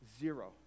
zero